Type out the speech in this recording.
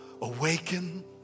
awaken